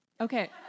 Okay